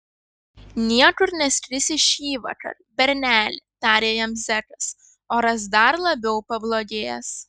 niekur neskrisi šįvakar berneli tarė jam zekas oras dar labiau pablogės